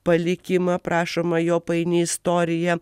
palikimą aprašoma jo paini istorija